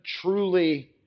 truly